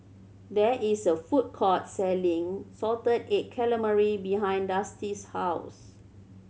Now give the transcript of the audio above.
there is a food court selling salted egg calamari behind Dusty's house